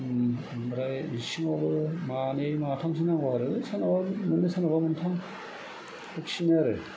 ओमफ्राय इसिङावबो मानै माथामसे नांगौ आरो सोरनावबा मोननै सोरनावबा मोनथाम बेखिनि आरो